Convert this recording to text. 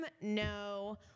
no